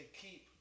keep